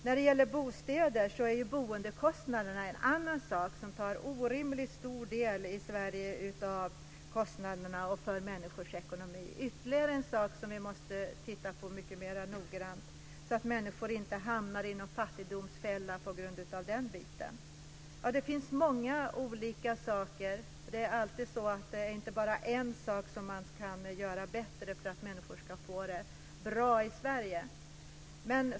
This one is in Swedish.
När det gäller bostäder är boendekostnaderna en annan sak som i Sverige är en orimligt stor del av kostnaderna och i människors ekonomi. Det är ytterligare en sak som vi måste titta på mycket mer noggrant så att människor inte hamnar i en fattigdomsfälla på grund av den delen. Det finns många olika saker. Det är inte bara en sak som man kan göra bättre för att människor ska få det bra i Sverige.